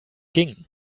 ging